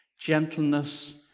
gentleness